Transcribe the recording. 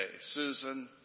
Susan